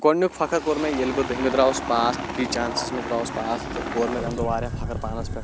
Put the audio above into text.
گۄڈنیُٚک فخٕر کوٚر مےٚ ییٚلہِ بہٕ دٔہمہِ درٛاوُس پاس اَکی چانسَس منٛز درٛاوُس پاس تہٕ کوٚر مےٚ تَمہِ دۄہ واریاہ فخٕر پانَس پٮ۪ٹھ